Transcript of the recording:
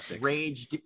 rage